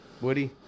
Woody